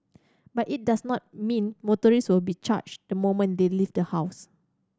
but it does not mean motorist will be charged the moment they leave the house